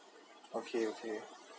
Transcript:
okay okay